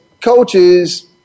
coaches